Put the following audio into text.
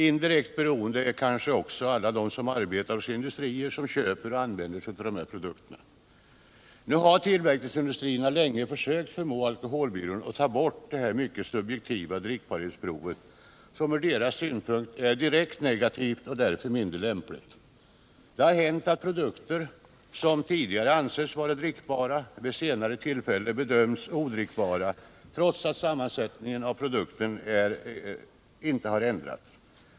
Indirekt beroende är dessutom alla de som arbetar hos de industrier vilka köper och använder sig av produkterna. Tillverkningsindustrierna har länge försökt få alkoholbyrån att ta bort det mycket subjektiva drickbarhetsprovet, som från deras synpunkt är direkt negativt och därför mindre lämpligt. Det har hänt att produkter som tidigare ansetts drickbara vid ett senare tillfälle bedömts vara odrickbara, trots att sammansättningen av produkten inte har ändrats.